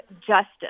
justice